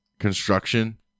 construction